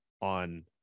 on